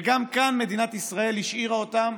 וגם כאן מדינת ישראל השאירה אותם